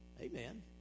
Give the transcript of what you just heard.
Amen